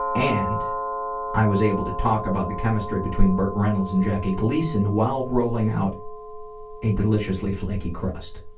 and i was able to talk about the chemistry between burt reynolds and jackie gleason while rolling out a deliciously flaky crust.